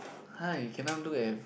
[huh] you cannot look at